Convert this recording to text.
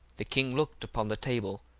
the king looked upon the table,